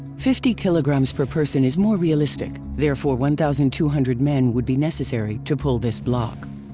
fifty kilograms per person is more realistic, therefore one thousand two hundred men would be necessary to pull this block.